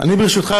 אני ברשותך,